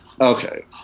Okay